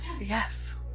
Yes